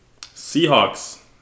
Seahawks